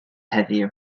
heddiw